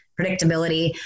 predictability